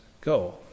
go